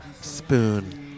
Spoon